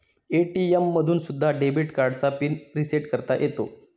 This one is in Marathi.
ए.टी.एम मधून सुद्धा डेबिट कार्डचा पिन रिसेट करता येतो